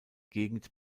gegend